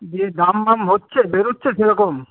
যা দাম মাম হচ্ছে বেরোচ্ছে সেরকম